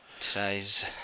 Today's